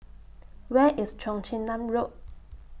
Where IS Cheong Chin Nam Road